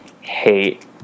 hate